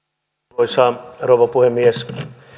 arvoisa rouva puhemies